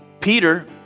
Peter